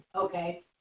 Okay